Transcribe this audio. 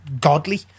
godly